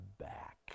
back